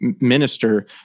minister